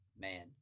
man